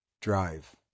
Drive